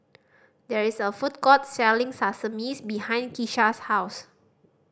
there is a food court selling Sashimi behind Kisha's house